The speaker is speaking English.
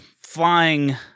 flying